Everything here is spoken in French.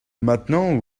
maintenant